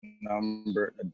number